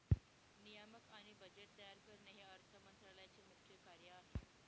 नियामक आणि बजेट तयार करणे हे अर्थ मंत्रालयाचे मुख्य कार्य आहे